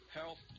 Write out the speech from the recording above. health